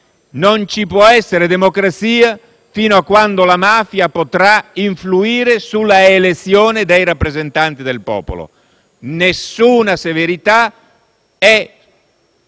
Non ci può essere democrazia fino a quando la mafia potrà influire sulla elezione dei rappresentanti del popolo. Nessuna severità è